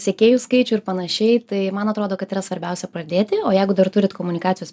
sekėjų skaičių ir panašiai tai man atrodo kad yra svarbiausia pradėti o jeigu dar turit komunikacijos